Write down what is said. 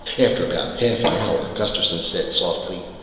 after about half an hour gusterson said softly,